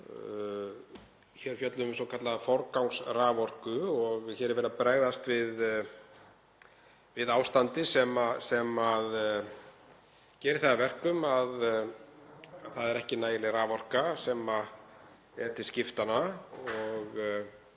Hér fjöllum við um svokallaða forgangsraforku og hér er verið að bregðast við ástandi sem gerir það að verkum að það er ekki nægileg raforka til skiptanna og